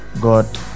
God